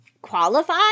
qualify